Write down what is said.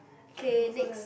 okay next